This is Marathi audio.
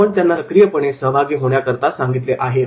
आपण त्यांना सक्रियपणे सहभागी होण्याकरता सांगितले पाहिजे